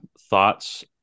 thoughts